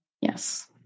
Yes